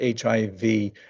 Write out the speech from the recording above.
HIV